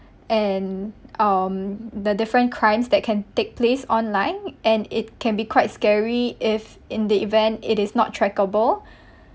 and um the different crimes that can take place online and it can be quite scary if in the event it is not trackable